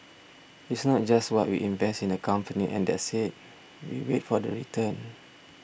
it's not just what we invest in the company and that's it we wait for the return